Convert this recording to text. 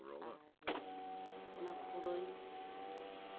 ᱟᱨ ᱚᱱᱟ ᱯᱩᱨᱟᱹᱭ